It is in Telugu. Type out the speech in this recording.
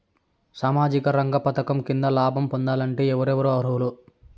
సామాజిక రంగ పథకం కింద లాభం పొందాలంటే ఎవరెవరు అర్హులు?